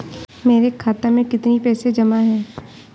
मेरे खाता में कितनी पैसे जमा हैं?